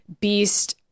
Beast-